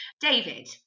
David